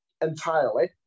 entirely